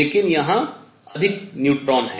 लेकिन यहाँ अधिक न्यूट्रॉन हैं